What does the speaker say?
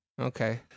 Okay